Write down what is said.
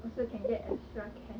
mm